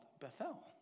Bethel